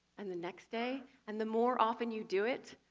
and the next day, and the more often you do it,